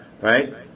Right